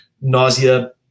nausea